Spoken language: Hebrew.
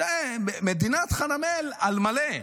מדינת חנמאל על מלא.